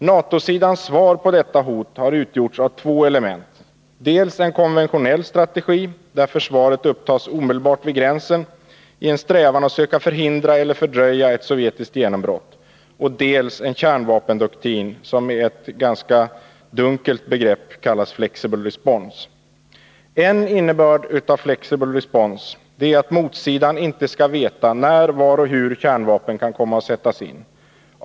NATO-sidans svar på detta hot har utgjorts av två element, dels en konventionell strategi, där försvaret upptas omedelbart vid gränsen i en strävan att söka förhindra eller fördröja ett sovjetiskt genombrott, dels en kärnvapendoktrin, som med ett ganska dunkelt begrepp kallas flexible response. En innebörd av flexible response är att motsidan inte skall veta när, var och hur kärnvapen kan komma att sättas in.